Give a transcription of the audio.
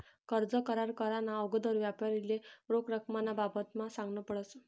कर्ज करार कराना आगोदर यापारीले रोख रकमना बाबतमा सांगनं पडस